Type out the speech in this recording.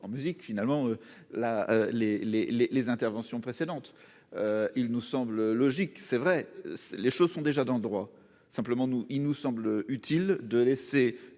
la les, les, les, les interventions précédentes : il nous semble logique, c'est vrai, les choses sont déjà d'endroits, simplement nous il nous semble utile de laisser